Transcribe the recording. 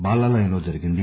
బాలాలయంలో జరిగింది